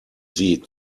sie